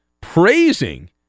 praising